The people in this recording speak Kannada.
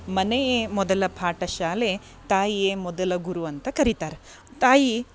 ಮನೆಯೇ ಮೊದಲ ಪಾಠ ಶಾಲೆ ತಾಯಿಯೇ ಮೊದಲ ಗುರು ಅಂತ ಕರಿತಾರೆ ತಾಯಿ